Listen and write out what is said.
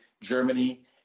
Germany